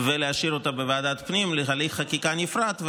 ולהשאיר אותה בוועדת הפנים להליך חקיקה נפרד.